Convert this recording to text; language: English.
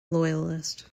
loyalist